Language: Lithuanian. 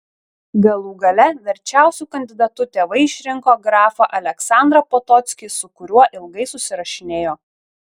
galų gale verčiausiu kandidatu tėvai išrinko grafą aleksandrą potockį su kuriuo ilgai susirašinėjo